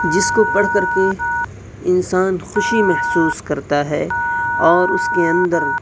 جس کو پڑھ کر کے انسان خوشی محسوس کرتا ہے اور اس کے اندر